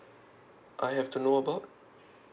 I have to know about